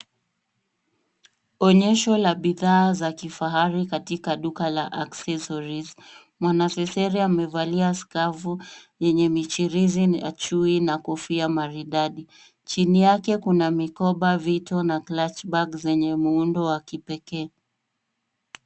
Onyesho la bidhaa za kifahari katika duka la Accessories . Mwanasesere amevalia skafu yenye michirizi ya chui na kofia maridadi. Chini yake kuna mikoba, vito na glatchback zenye muundo wa kipekee.